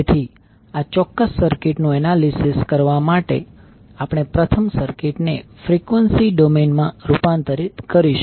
તેથી આ ચોક્કસ સર્કિટ નું એનાલિસિસ કરવા માટે આપણે પ્રથમ સર્કિટને ફ્રીક્વન્સી ડોમેઈન માં રૂપાંતરિત કરીશું